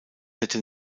hätte